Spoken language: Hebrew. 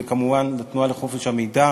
וכמובן לתנועה לחופש המידע.